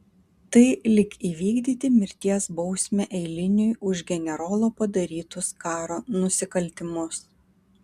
tai lyg įvykdyti mirties bausmę eiliniui už generolo padarytus karo nusikaltimus